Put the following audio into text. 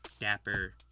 dapper